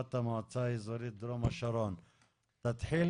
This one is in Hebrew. ראשת המועצה האזורית דרום השרון תתחילי,